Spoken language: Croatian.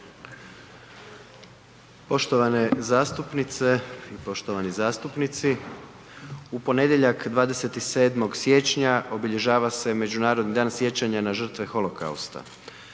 Poštovane zastupnice i poštovani zastupnici u ponedjeljak 27. siječnja obilježava se Međunarodni dan sjećanja na žrtve holokausta.